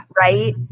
Right